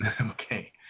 Okay